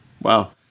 Wow